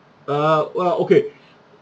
err !wah! okay